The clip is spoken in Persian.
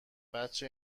بچه